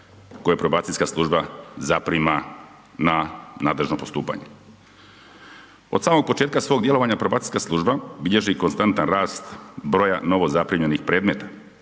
koje probacijska služba zaprima n nadležno postupanje. Od samog početka svog djelovanja, probacijska služba bilježi konstantan rast broja novozaprimljenih predmeta